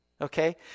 Okay